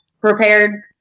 prepared